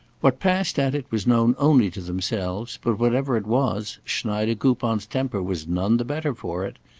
what passed at it was known only to themselves, but, whatever it was, schneidekoupon's temper was none the better for it.